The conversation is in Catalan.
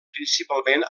principalment